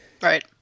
Right